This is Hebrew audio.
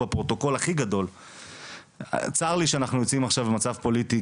צר לי שאנחנו נמצאים עכשיו במצב פוליטי,